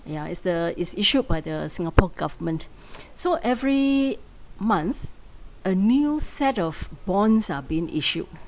ya is the is issued by the singapore government so every month a new set of bonds are been issued